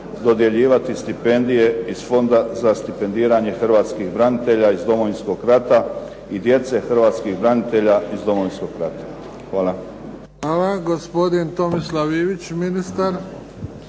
dodjeljivati stipendije iz Fonda za stipendiranje Hrvatskih branitelja iz Domovinskog rata i djece Hrvatskih branitelja iz Domovinskog rata? Hvala. **Bebić, Luka (HDZ)** Hvala. Gospodin Tomislav Ivić, ministar.